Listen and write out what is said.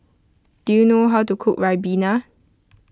do you know how to cook Ribena